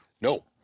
No